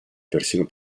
persino